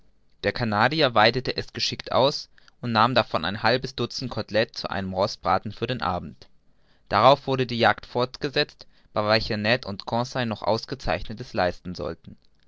der canadier weidete es geschickt aus und nahm davon ein halbes dutzend cotelettes zu einem rostbraten für den abend darauf wurde die jagd fortgesetzt bei welcher ned und conseil noch ausgezeichnetes leisten sollten